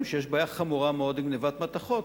שיש בעיה חמורה מאוד עם גנבת מתכות,